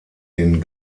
den